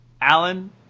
Alan